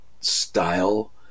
style